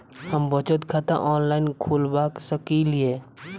हम बचत खाता ऑनलाइन खोलबा सकलिये?